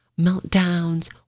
meltdowns